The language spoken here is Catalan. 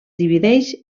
divideix